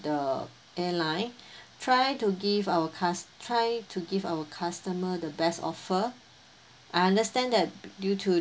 the airline try to give our cus~ try to give our customer the best offer I understand that due to